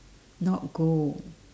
not gold